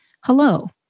hello